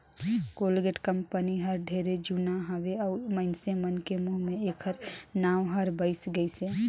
Colgate company हर ढेरे जुना हवे अऊ मइनसे मन के मुंह मे ऐखर नाव हर बइस गइसे